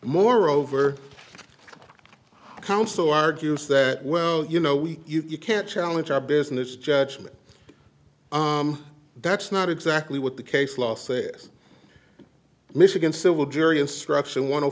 moreover counsel argues that well you know we you can't challenge our business judgment that's not exactly what the case law says michigan civil jury instruction one